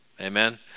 Amen